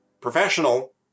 professional